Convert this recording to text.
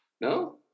No